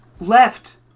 Left